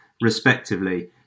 respectively